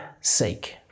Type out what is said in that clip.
sake